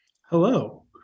hello